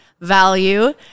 value